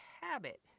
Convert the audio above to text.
habit